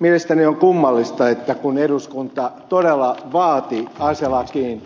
mielestäni on kummallista että kun eduskunta todella vaati aselakiin